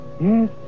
Yes